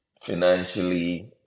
Financially